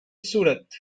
surat